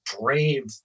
brave